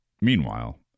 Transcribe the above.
Meanwhile